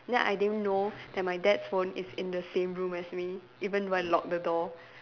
then I didn't know that my dad's phone is in the same room as me even though I locked the door